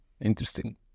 interesting